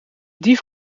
dief